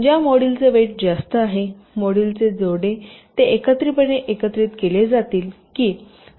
तर ज्या मॉड्यूलचे वेट जास्त आहे मॉड्यूलचे जोडे ते एकत्रितपणे एकत्रित केले जातील की